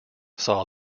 saw